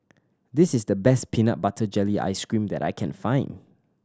this is the best peanut butter jelly ice cream that I can find